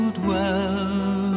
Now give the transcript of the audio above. dwell